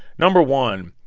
number one,